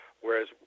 Whereas